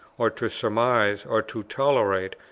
or to surmise, or to tolerate,